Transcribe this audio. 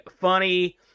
funny